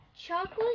chocolate